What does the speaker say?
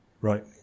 Right